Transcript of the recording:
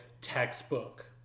textbook